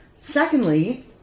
Secondly